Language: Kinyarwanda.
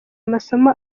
amasomo